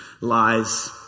lies